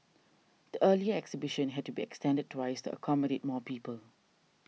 the earlier exhibition had to be extended twice accommodate more people